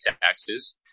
taxes